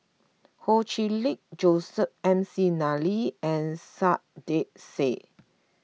Ho Chee Lick Joseph McNally and Saiedah Said